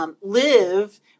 Live